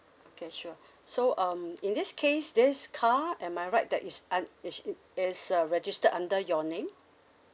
okay sure so um in this case this car am I right that is un~ is mm is uh registered under your name